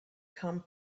come